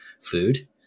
food